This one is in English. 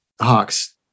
hawks